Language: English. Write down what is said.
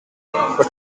were